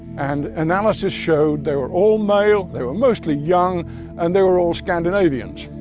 and analysis showed they were all male, they were mostly young and they were all scandinavians.